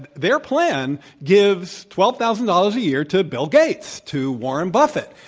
but their plan gives twelve thousand dollars a year to bill gates, to warren buffett,